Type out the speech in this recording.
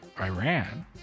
Iran